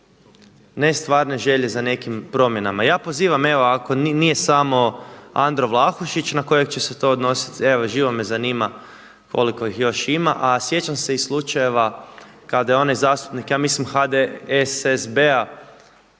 ne stvarne želje za nekim promjenama. Ja pozivam evo ako nije samo Andro Vlahušić na kojeg će se to odnositi, evo živo me zanima koliko ih još ima. A sjećam se i slučajeva kada je onaj zastupnik ja mislim HDSSB-a